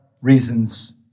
reasons